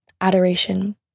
Adoration